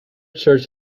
church